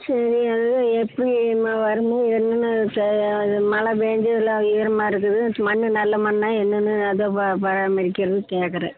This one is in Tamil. சரி எல்லாம் எப்படிம்மா என்னென்ன தே இது மழப் பேஞ்சு எல்லாம் ஈரமாக இருக்குது மண் நல்ல மண்ணாக என்னன்னு அதை ப பராமரிக்கறதுக்கு கேட்கறேன்